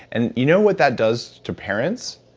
and you know what that does to parents,